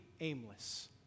aimless